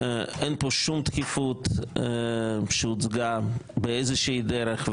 אין פה שום דחיפות שהוצגה באיזושהי דרך,